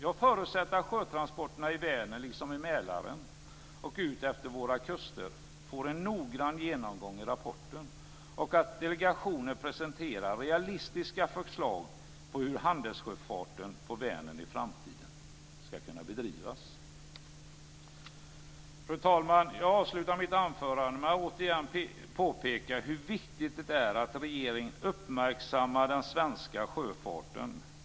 Jag förutsätter att sjötransporterna i Vänern liksom i Mälaren och utefter våra kuster får en noggrann genomgång i rapporten och att delegationen presenterar realistiska förslag på hur handelssjöfarten på Vänern i framtiden ska kunna bedrivas. Fru talman! Jag avslutar mitt anförande med att återigen påpeka hur viktigt det är att regeringen uppmärksammar den svenska sjöfarten.